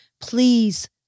Please